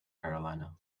carolina